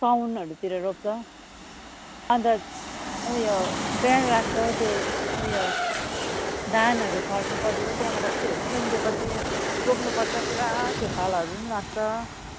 साउनहरूतिर रोप्छ अन्त उयो बियाड राख्छ त्यो उयो धानहरू छर्नु पऱ्यो त्यहाँबाट त्यो उम्रेपछि रोप्नुपर्छ पुरा खेतालाहरू पनि लाग्छ